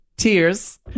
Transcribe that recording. Tears